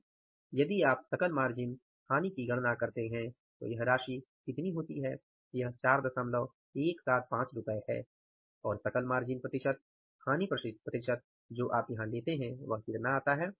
यदि आप सकल मार्जिनहानि की गणना करते हैं तो यह राशि कितनी होती है यह 4175 रूपए है और सकल मार्जिन प्रतिशतहानि प्रतिशत जो आप यहां लेते हैं यह कितना आता है